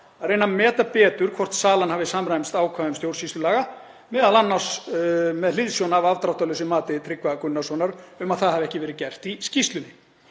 að reyna að meta betur hvort salan hefði samræmst ákvæðum stjórnsýslulaga, m.a. með hliðsjón af afdráttarlausu mati Tryggva Gunnarssonar um að það hafi ekki verið gert í skýrslunni.